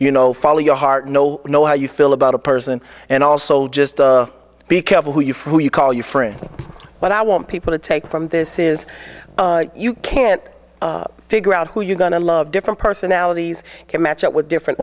you know follow your heart no know how you feel about a person and also just be careful who you for who you call your friends what i want people to take from this is you can't figure out who you gonna love different personalities can match up with different